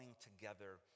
together